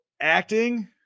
acting